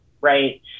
right